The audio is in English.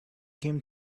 came